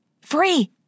Free